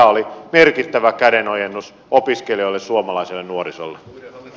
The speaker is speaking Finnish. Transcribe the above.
tämä on merkittävä kädenojennus opiskelijoille suomalaiselle nuorisolle